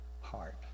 heart